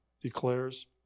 declares